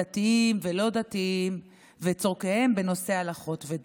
דתיים ולא דתיים, וצורכיהם בנושא הלכות ודת.